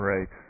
Right